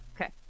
Okay